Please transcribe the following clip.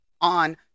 on